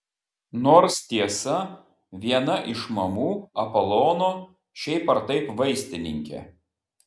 nors tiesa viena iš mamų apolono šiaip ar taip vaistininkė